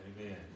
Amen